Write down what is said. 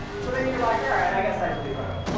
so then, you're like, all right. i guess i believe them.